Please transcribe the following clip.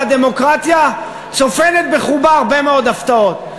והדמוקרטיה צופנת בחובה הרבה מאוד הפתעות.